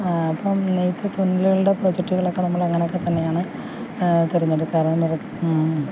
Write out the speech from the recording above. അപ്പം നെയ്ത്ത് തുണികളുടെ പ്രൊജെക്റ്റുകളൊക്കെ നമ്മളങ്ങനെയൊക്കെത്തന്നെയാണ് തിരഞ്ഞെടുക്കാറുള്ളത്